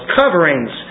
coverings